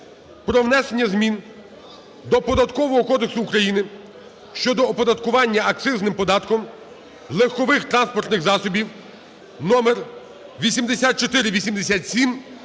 про внесення змін до Податкового кодексу України щодо оподаткування акцизним податком легкових транспортних засобів (№8487).